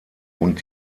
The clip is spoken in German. und